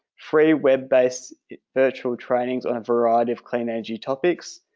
free web based virtual trainings on a variety of clean energy topics,